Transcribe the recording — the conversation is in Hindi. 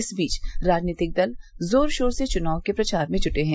इस बीच राजनीतिक दल जोर शोर से चुनाव प्रचार में जुटे हैं